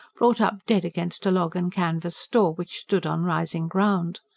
brought up dead against a log-and-canvas store which stood on rising ground.